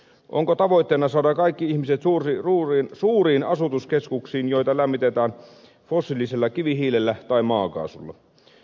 onko tavoitteena saada kaikki ihmiset suuriin asutuskeskuksiin joita lämmitetään fossiilisella kivihiilellä tai maakaasulla